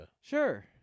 Sure